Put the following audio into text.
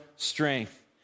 Strength